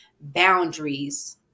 boundaries